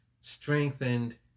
strengthened